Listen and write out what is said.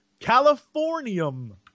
Californium